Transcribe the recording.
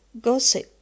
gossip